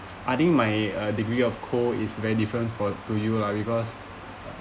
I think my uh degree of cold is very different for to you lah because